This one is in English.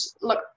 look